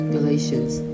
Galatians